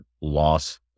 loss